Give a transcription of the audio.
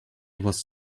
was